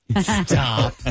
Stop